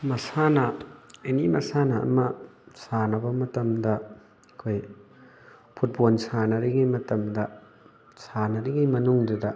ꯃꯁꯥꯟꯅ ꯑꯦꯅꯤ ꯃꯁꯥꯟꯅ ꯑꯃ ꯁꯥꯟꯅꯕ ꯃꯇꯝꯗ ꯑꯩꯈꯣꯏ ꯐꯨꯠꯕꯣꯜ ꯁꯥꯟꯅꯔꯤꯉꯩ ꯃꯇꯝꯗ ꯁꯥꯟꯅꯔꯤꯉꯩ ꯃꯅꯨꯡꯗꯨꯗ